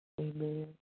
Amen